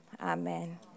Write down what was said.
amen